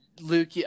Luke